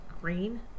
green